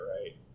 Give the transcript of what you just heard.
right